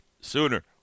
Sooner